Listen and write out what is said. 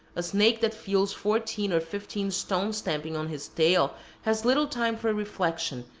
a snake that feels fourteen or fifteen stone stamping on his tail has little time for reflection,